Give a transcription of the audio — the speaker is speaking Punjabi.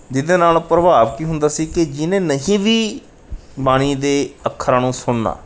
ਜਿਹਦੇ ਨਾਲ ਪ੍ਰਭਾਵ ਕੀ ਹੁੰਦਾ ਸੀ ਕਿ ਜੀਹਨੇ ਨਹੀਂ ਵੀ ਬਾਣੀ ਦੇ ਅੱਖਰਾਂ ਨੂੰ ਸੁਣਨਾ